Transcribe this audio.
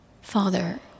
Father